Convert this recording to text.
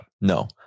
no